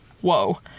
Whoa